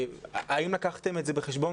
בבית-ספר יסודי,